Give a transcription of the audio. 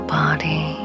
body